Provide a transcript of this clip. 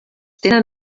tenen